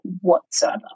whatsoever